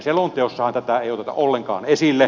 selonteossahan tätä ei oteta ollenkaan esille